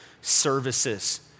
services